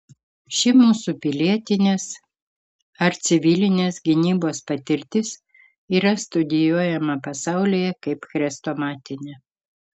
ši mūsų pilietinės ar civilinės gynybos patirtis yra studijuojama pasaulyje kaip chrestomatinė